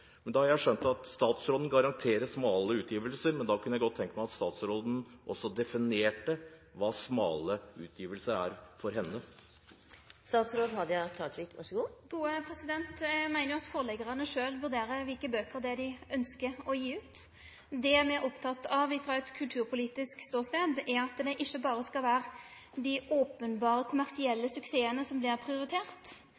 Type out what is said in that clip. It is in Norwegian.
har skjønt at statsråden garanterer smale utgivelser, men da kunne jeg godt tenke meg at statsråden også definerte hva smale utgivelser er for henne. Eg meiner at forleggjarane sjølve må vurdere kva for bøker dei ønskjer å gi ut. Det me er opptekne av frå ein kulturpolitisk ståstad, er at det ikkje berre skal vere dei